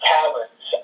Talents